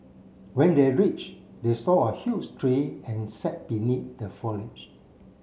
when they reached they saw a huge tree and sat beneath the foliage